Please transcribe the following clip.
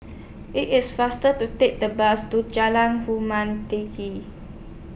IT IS faster to Take The Bus to Jalan Tinggi